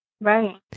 right